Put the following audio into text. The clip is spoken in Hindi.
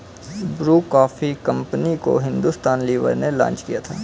ब्रू कॉफी कंपनी को हिंदुस्तान लीवर ने लॉन्च किया था